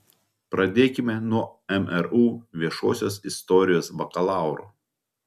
pradėkime nuo mru viešosios istorijos bakalauro